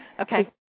Okay